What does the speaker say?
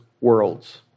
worlds